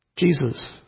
Jesus